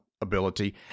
ability